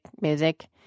music